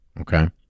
okay